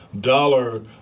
dollar